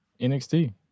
nxt